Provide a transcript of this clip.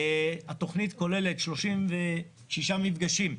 התוכנית כוללת 36 מפגשים,